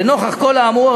לנוכח כל האמור,